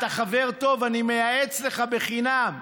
אתה חבר טוב, אני מייעץ לך בחינם.